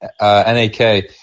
NAK